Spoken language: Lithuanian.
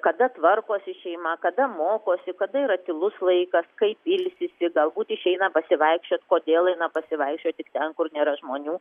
kada tvarkosi šeima kada mokosi kada yra tylus laikas kaip ilsisi galbūt išeina pasivaikščiot kodėl eina pasivaikščiot tik ten kur nėra žmonių